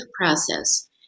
process